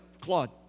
Claude